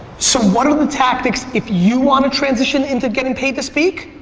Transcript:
so what are the tactics if you want to transition into getting paid to speak?